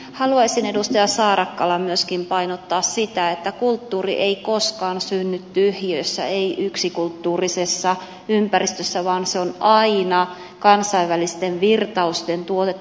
haluaisin edustaja saarakkala myöskin painottaa sitä että kulttuuri ei koskaan synny tyhjiössä ei yksikulttuurisessa ympäristössä vaan se on aina kansainvälisten virtausten tuotetta